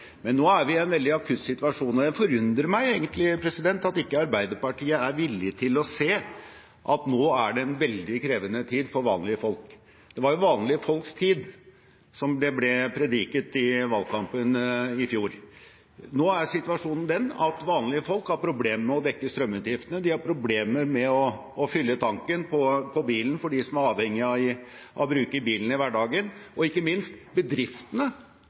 Men nå er vi i en veldig akutt situasjon, og det forundrer meg egentlig at ikke Arbeiderpartiet er villig til å se at det er en veldig krevende tid for vanlige folk. Det er jo vanlige folks tur, som det ble prediket i valgkampen i fjor. Nå er situasjonen den at vanlige folk har problemer med å dekke strømutgiftene, de har problemer med å fylle tanken på bilen – for dem som er avhengig av å bruke bilen i hverdagen – og ikke minst bedriftene